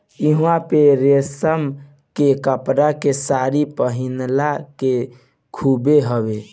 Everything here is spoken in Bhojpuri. इहवां पे रेशम के कपड़ा के सारी पहिनला के खूबे हवे